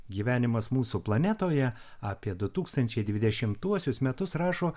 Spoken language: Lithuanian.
gyvenimas mūsų planetoje apie du tūkstančiai dvidešimtuosius metus rašo